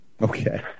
Okay